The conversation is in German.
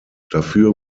dafür